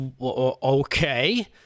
okay